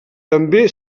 també